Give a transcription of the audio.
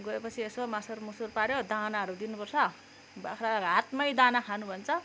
गएपछि यसो मसार मुसुर पाऱ्यो दानाहरू दिनु पर्छ बाख्रालाई हातमै दाना खानु भन्छ